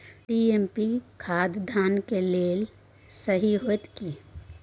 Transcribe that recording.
DAP खाद धान के फसल के लेल सही होतय की?